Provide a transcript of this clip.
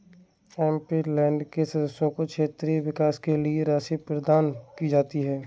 MP land के सदस्यों को क्षेत्रीय विकास के लिए कितनी राशि प्रदान की जाती है?